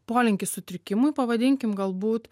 polinkį sutrikimui pavadinkim galbūt